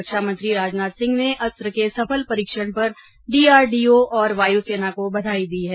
रक्षामंत्री राजनाथ सिंह ने अस्त्र के सफल परीक्षण पर डी आर डी ओ और वायुसेना को बधाई दी है